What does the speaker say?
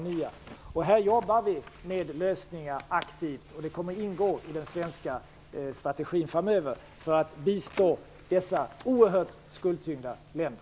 Vi jobbar härvidlag aktivt med lösningar, och det kommer att ingå i den svenska strategin framöver att bistå dessa oerhört skuldtyngda länder.